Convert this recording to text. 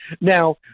now